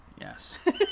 Yes